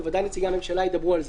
שבוודאי נציגי הממשלה ידברו על זה.